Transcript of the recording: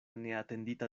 neatendita